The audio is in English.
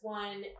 one